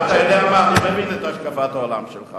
אתה יודע מה, אני מבין את השקפת העולם שלך.